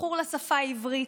מכור לשפה העברית,